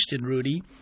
Rudy